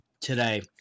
today